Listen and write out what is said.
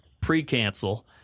pre-cancel